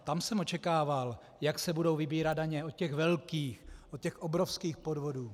Tam jsem očekával, jak se budou vybírat daně od těch velkých, od těch obrovských podvodů.